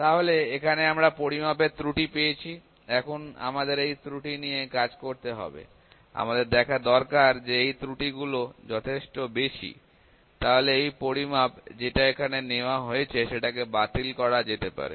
তাহলে এখানে আমরা পরিমাপের ত্রুটি পেয়েছি এখন আমাদের এই ত্রুটি নিয়ে কাজ করতে হবে আমাদের দেখা দরকার যে এই ত্রুটিগুলো যথেষ্ট বেশি তাহলে এই পরিমাপ যেটা এখানে নেওয়া হয়েছে সেটাকে বাতিল করা যেতে পারে